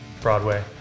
Broadway